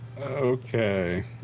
Okay